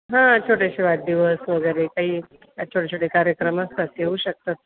हां छोटेसे वाढदिवस वगैरे काही छोटेछोटे कार्यक्रम असतात येऊ शकतात